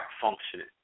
functioning